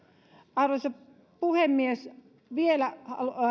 arvoisa puhemies vielä